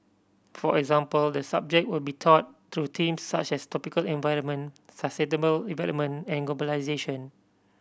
for example the subject will be taught through themes such as tropical environment sustainable development and globalisation